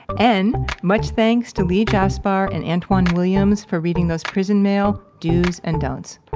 and much thanks to lee jaspar and antwan williams for reading those prison mail dos and don'ts